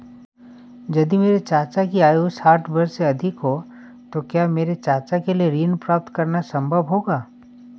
यदि मेरे चाचा की आयु साठ वर्ष से अधिक है तो क्या मेरे चाचा के लिए ऋण प्राप्त करना संभव होगा?